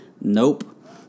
Nope